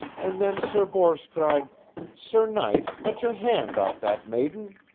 and then sir bors cried sir knight, let your hand off that maiden,